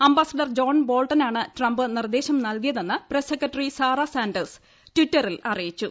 ambassador John ബോൾട്ടണാണ് Trump നിർദ്ദേശം നൽകിയതെന്ന് പ്രസ് സെക്രട്ടറി സാറ സാന്റേഴ്സ് ട്വിറ്ററിൽ അറിയിച്ചു